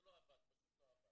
זה לא עבד, פשוט לא עבד.